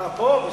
אה, פה?